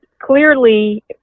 clearly